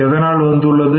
எதனால் வந்தது